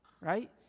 Right